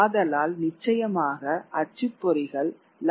ஆதலால் நிச்சயமாக அச்சுப்பொறிகள் லாபத்தால் உந்தப்பட்டன